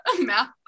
math